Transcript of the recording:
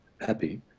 happy